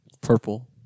purple